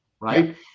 right